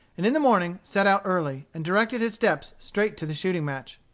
and in the morning set out early, and directed his steps straight to the shooting-match.